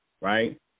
right